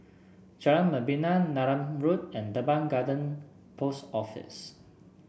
Jalan Membina Neram Road and Teban Garden Post Office